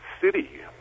city